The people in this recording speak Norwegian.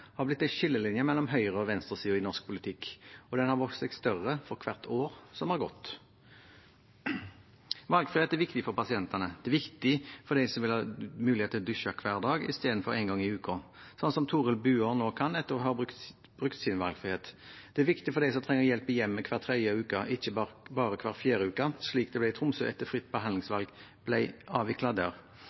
har blitt en skillelinje mellom høyre- og venstresiden i norsk politikk, og den har vokst seg større for hvert år som har gått. Valgfrihet er viktig for pasientene. Det er viktig for dem som vil ha mulighet til å dusje hver dag i stedet for én gang i uka, slik som Torill Buer nå kan, etter å ha brukt sin valgfrihet. Det er viktig for dem som trenger hjelp i hjemmet hver tredje uke, ikke bare hver fjerde uke, slik det ble i Tromsø etter at fritt behandlingsvalg ble avviklet der.